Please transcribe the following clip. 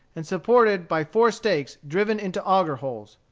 and supported by four stakes driven into auger-holes.